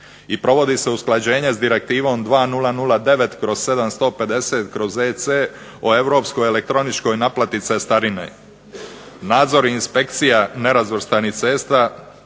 i provodi se usklađenje s Direktivom 2009/750/EC o europskoj elektroničkoj naplati cestarine. Nadzori inspekcija nerazvrstanih cesta